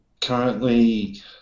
Currently